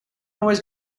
always